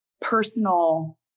personal